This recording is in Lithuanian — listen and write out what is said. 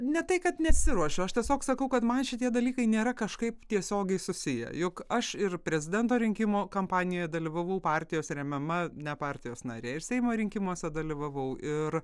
ne tai kad nesiruošiu aš tiesiog sakau kad man šitie dalykai nėra kažkaip tiesiogiai susiję juk aš ir prezidento rinkimų kampanijoj dalyvavau partijos remiama ne partijos narė ir seimo rinkimuose dalyvavau ir